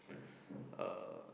uh